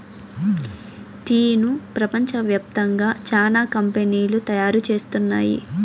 టీను ప్రపంచ వ్యాప్తంగా చానా కంపెనీలు తయారు చేస్తున్నాయి